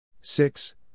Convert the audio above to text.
six